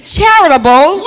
charitable